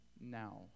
now